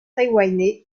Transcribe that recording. taïwanais